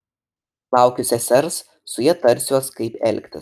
laukiu sesers su ja tarsiuos kaip elgtis